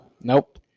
Nope